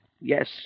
Yes